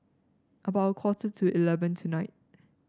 about a quarter to eleven tonight